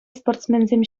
спортсменсем